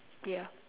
ya